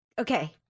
okay